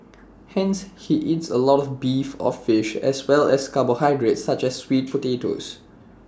hence he eats A lot of beef or fish as well as carbohydrates such as sweet potatoes